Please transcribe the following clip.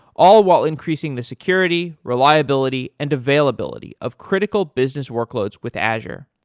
all while increasing the security, reliability and availability of critical business workloads with azure.